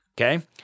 okay